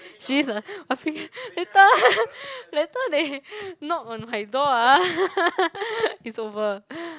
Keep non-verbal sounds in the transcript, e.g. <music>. she is a I feel later <laughs> later they knock on my door ah <laughs> it's over